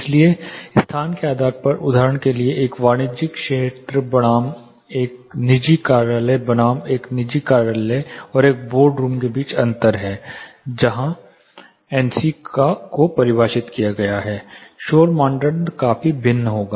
इसलिए स्थान के आधार पर उदाहरण के लिए एक वाणिज्यिक क्षेत्र बनाम एक निजी कार्यालय बनाम एक निजी कार्यालय और एक बोर्ड रूम के बीच अंतर है जहां नेकां को परिभाषित किया गया है शोर मानदंड काफी भिन्न होगा